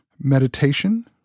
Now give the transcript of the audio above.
meditation